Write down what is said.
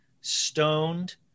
stoned